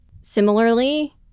Similarly